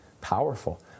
powerful